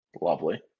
Lovely